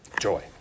Joy